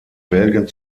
belgien